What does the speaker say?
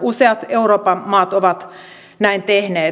useat euroopan maat ovat näin tehneet